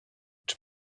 czy